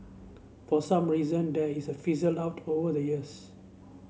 for some reason there is a fizzled out over the years